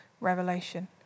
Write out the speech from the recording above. revelation